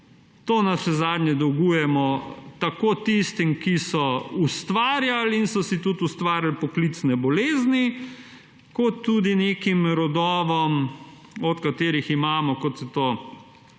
To navsezadnje dolgujemo tako tistim, ki so ustvarjali in so si tudi ustvarili poklicne bolezni, kot tudi nekim rodovom, od katerih imamo, kot se to reče